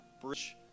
Bridge